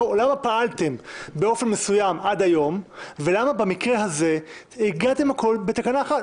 למה פעלתם באופן מסוים עד היום ולמה במקרה הזה איגדתם הכול בתקנה אחת.